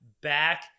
back